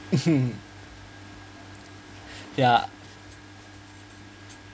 mmhmm ya